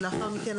ולאחר מכן,